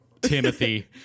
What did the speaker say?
timothy